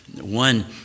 One